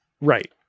Right